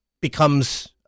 becomes